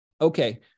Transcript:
okay